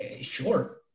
sure